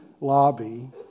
lobby